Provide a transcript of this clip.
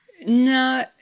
no